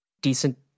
decent